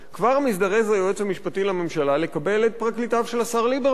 כבר מזדרז היועץ המשפטי לממשלה לקבל את פרקליטיו של השר ליברמן.